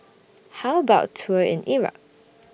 How about A Tour in Iraq